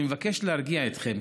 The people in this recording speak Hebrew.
אני מבקש להרגיע אתכם: